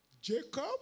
Jacob